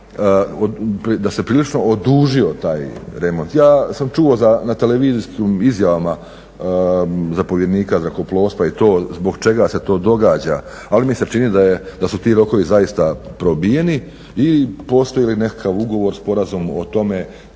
da se prilično odužio taj remont. Ja sam čuo na televizijskim izjavama zapovjednika zrakoplovstva i to zbog čega se to događa, ali mi se čini da su ti rokovi zaista probijeni i postoji li nekakav ugovor, sporazum o tome